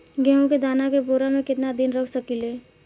गेहूं के दाना के बोरा में केतना दिन तक रख सकिले?